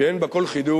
שאין בה כל חידוש,